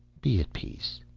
be at peace